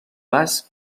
basc